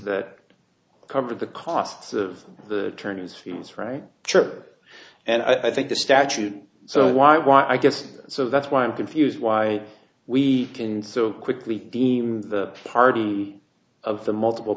that cover the costs of the turn is feels right trigger and i think the statute so why why i guess so that's why i'm confused why we can so quickly deem the party of the multiple